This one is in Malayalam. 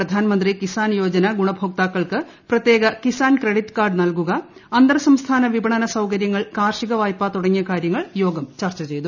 പ്രധാൻമന്ത്രി കിസാൻ യോജന ഗുണഭോക്താക്കൾക്ക് പ്രത്യേക കിസാൻ ക്രഡിറ്റ് കാർഡ് നൽകുക അന്തർ സംസ്ഥാന വിപണന സൌകര്യങ്ങൾ കാർഷിക വായ്പ തുടങ്ങിയ കാര്യങ്ങൾ യോഗം ചർച്ച ചെയ്തു